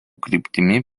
kryptimi